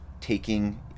taking